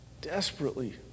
desperately